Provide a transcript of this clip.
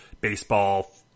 baseball